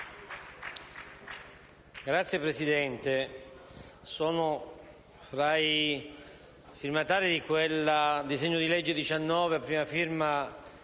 Signora Presidente, sono tra i firmatari di quel disegno di legge n. 19 a prima firma